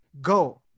Go